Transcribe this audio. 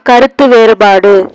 கருத்து வேறுபாடு